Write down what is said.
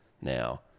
now